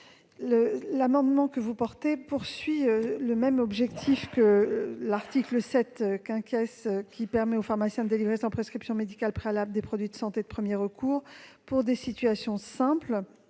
amendement a le même objet que l'article 7 , qui permet au pharmacien de délivrer sans prescription médicale préalable des produits de santé de premier recours pour des situations simples,